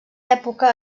època